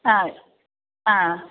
അ ആ